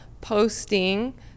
posting